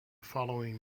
following